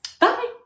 bye